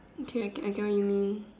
okay I get I get what you mean